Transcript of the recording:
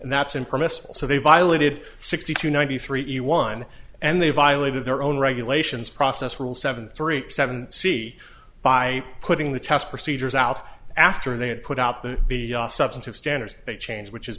that's impermissible so they violated sixty two ninety three a one and they violated their own regulations process rule seven three seven c by putting the test procedures out after they had put out the the substantive standards they changed which is